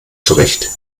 zurecht